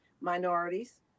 minorities